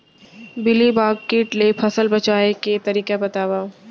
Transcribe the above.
Mealybug किट ले फसल बचाए के तरीका बतावव?